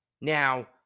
Now